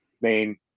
main